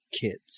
kids